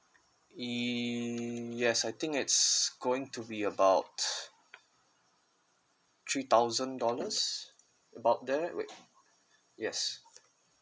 yes I think it's going to be about three thousand dollars about there wait yes